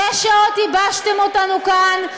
שש שעות ייבשתם אותנו כאן.